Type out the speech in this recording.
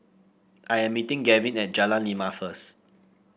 I am meeting Gavin at Jalan Lima first